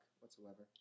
whatsoever